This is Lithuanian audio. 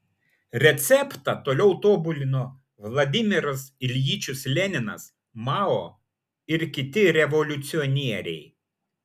receptą toliau tobulino vladimiras iljičius leninas mao ir kiti revoliucionieriai